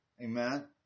Amen